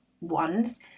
ones